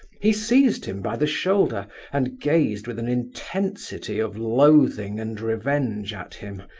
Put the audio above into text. he seized him by the shoulder and gazed with an intensity of loathing and revenge at him,